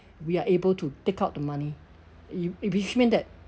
we are able to take out the money in in which meant that